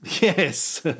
yes